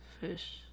Fish